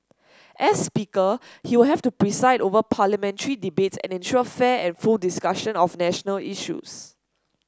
as Speaker he will have to preside over Parliamentary debates and ensure fair and full discussion of national issues